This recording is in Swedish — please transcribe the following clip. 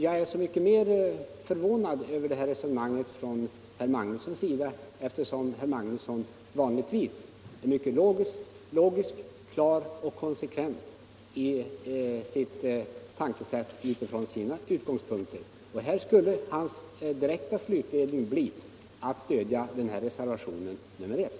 Jag är så mycket mera förvånad över det resonemang herr Magnusson för, eftersom han vanligtvis är mycket logisk, klar och konsekvent i sitt tänkesätt utifrån sina utgångspunkter. Här borde hans direkta slutledning bli att stödja reservation nr 1.